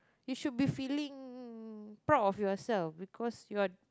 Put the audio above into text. you should be feeling proud of yourself because you're